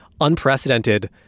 unprecedented